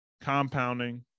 compounding